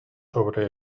sobre